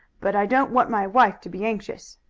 but i don't want my wife to be anxious.